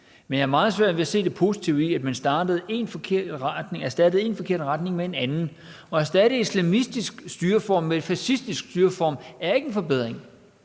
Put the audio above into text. men jeg har meget svært ved at se det positive i, at man erstattede en forkert retning med en anden. Og at erstatte en islamistisk styreform med en fascistisk styreform er ikke en forbedring.